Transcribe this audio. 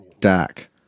Dak